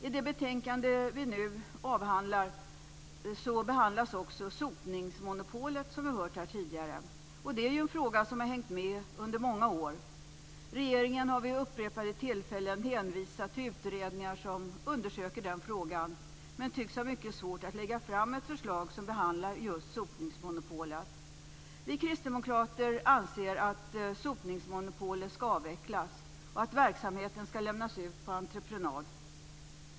I det betänkande som vi nu avhandlar behandlas också sotningsmonopolet, som vi hört här tidigare. Det är ju en fråga som har hängt med under många år. Regeringen har vid upprepade tillfällen hänvisat till utredningar som undersöker den frågan men tycks ha mycket svårt att lägga fram ett förslag som behandlar just sotningsmonopolet. Vi kristdemokrater anser att sotningsmonopolet ska avvecklas och att verksamheten ska lämnas ut på entreprenad.